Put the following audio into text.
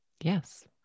Yes